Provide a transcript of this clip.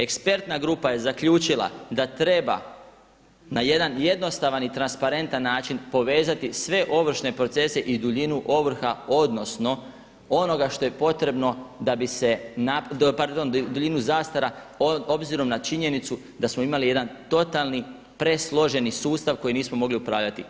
Ekspertna grupa je zaključila da treba na jedan jednostavan i transparentan način povezati sve ovršne procese i duljinu ovrha odnosno onoga što je potrebno da bi se, pardon, duljinu zastara, obzirom na činjenicu da smo imali jedan totalni presloženi sustav kojim nismo mogli upravljati.